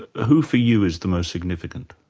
who for you is the most significant?